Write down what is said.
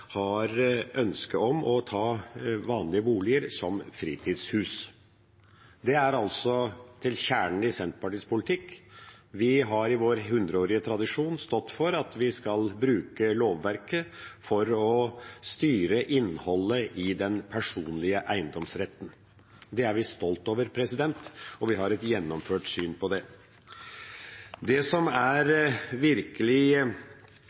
har ønske om å ta vanlige boliger som fritidshus. Det er altså kjernen i Senterpartiets politikk. Vi har i vår hundreårige tradisjon stått for at vi skal bruke lovverket for å styre innholdet i den personlige eiendomsretten. Det er vi stolt over, og vi har et gjennomført syn på det. Det som er virkelig